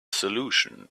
solution